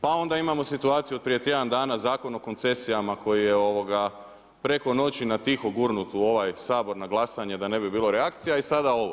Pa onda imamo situaciju od prije tjedan dana Zakon o koncesijama koji je preko noći na tiho gurnut u ovaj Sabor na glasanje, da ne bi bilo reakcija i sada ovo.